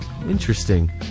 Interesting